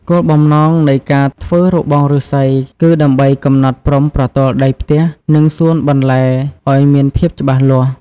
គោលបំណងនៃការធ្វើរបងឬស្សីគឺដើម្បីកំណត់ព្រំប្រទល់ដីផ្ទះ និងសួនបន្លែឱ្យមានភាពច្បាស់លាស់។